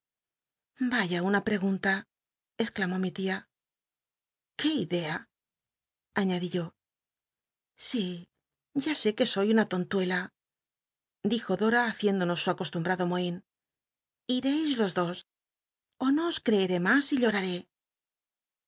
vaya una pregunta exclamó mi tia i qué idea añadi yo sí ya sé que soy una tontuela dijo dora hat iéndonos su acostumbado moh in ireis los dos ó no os creéré mas y lloraré